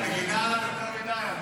את מגינה עליו יותר מדי.